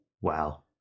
Wow